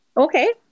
Okay